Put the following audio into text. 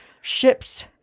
ships